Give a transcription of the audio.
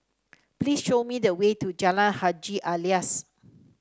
please show me the way to Jalan Haji Alias